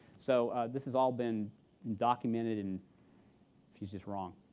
so this has all been documented. and she's just wrong.